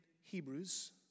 Hebrews